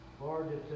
Lord